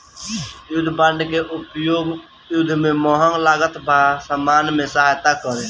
युद्ध बांड के उपयोग युद्ध में महंग लागत वाला सामान में सहायता करे